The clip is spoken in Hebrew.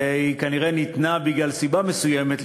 היא כנראה ניתנה מסיבה מסוימת,